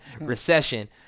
Recession